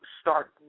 start